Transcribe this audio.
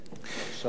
אחרי זה,